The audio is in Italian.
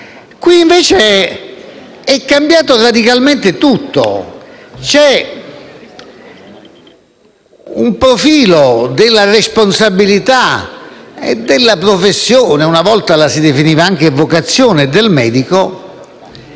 Qui, invece, è cambiato radicalmente tutto. C'è un profilo della responsabilità e della professione (una volta la si definiva anche vocazione) del medico